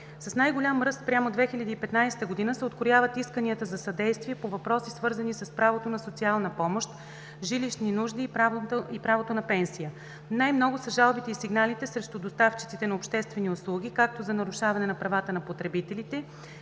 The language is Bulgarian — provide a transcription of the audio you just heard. С най-голям ръст спрямо 2015 г. се открояват исканията за съдействие по въпроси, свързани с правото на социална помощ, жилищни нужди и правото на пенсия. Най-много са жалбите и сигналите срещу доставчиците на обществени услуги, както за нарушаване на правата на потребителите,